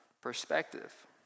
perspective